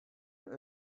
line